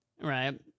right